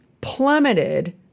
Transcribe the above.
Plummeted